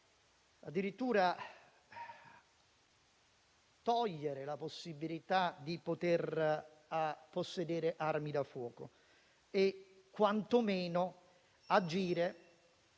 addirittura di togliere la possibilità di possedere armi da fuoco e quantomeno di agire